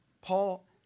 Paul